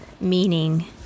meaning